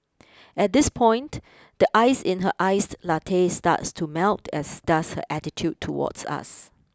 at this point the ice in her iced latte starts to melt as does her attitude towards us